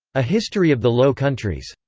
a history of the low countries.